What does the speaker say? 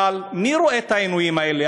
אבל מי רואה את העינויים האלה?